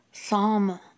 Psalm